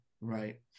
right